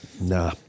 Nah